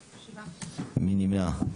7. מי נמנע?